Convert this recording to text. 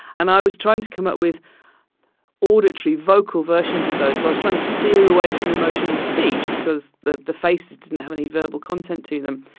and i was trying to come up with auditory, vocal versions of those. so i was trying to steer away from emotional speech because the the faces didn't have any verbal content to them.